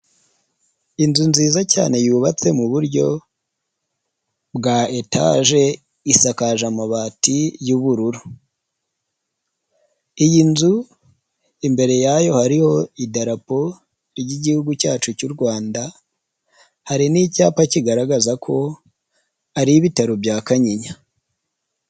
Inzu nziza cyane yubatse mu buryo bwa etaje, isakaje amabati y'ubururu. Iyi nzu imbere yayo hariho idarapo ry'igihugu cyacu cy'u Rwanda; hari n'icyapa kigaragaza ko ari ibitaro bya Kanyinya.